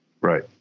Right